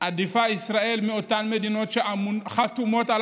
עדיפה ישראל על אותן מדינות שחתומות על